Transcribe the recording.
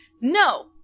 no